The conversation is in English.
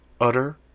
Utter